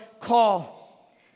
call